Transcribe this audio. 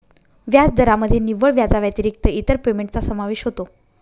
व्याजदरामध्ये निव्वळ व्याजाव्यतिरिक्त इतर पेमेंटचा समावेश होतो